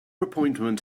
appointment